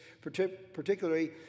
particularly